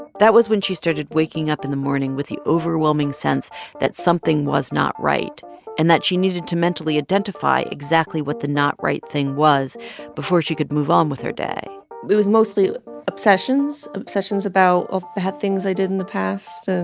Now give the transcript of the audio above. that was when she started waking up in the morning with the overwhelming sense that something was not right and that she needed to mentally identify exactly what the not-right thing was before she could move on with her day it was mostly obsessions, obsessions about ah bad things i did in the past. and